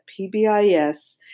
PBIS